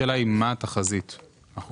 אחרי זה הם מראים את תחזיות הצמיחה בעולם,